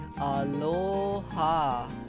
Aloha